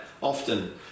often